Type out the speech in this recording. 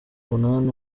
umunani